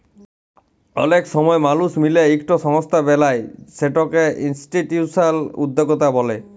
অলেক জল মালুস মিলে ইকট সংস্থা বেলায় সেটকে ইনিসটিটিউসলাল উদ্যকতা ব্যলে